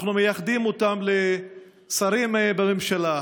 אנחנו מייחדים אותם לשרים בממשלה.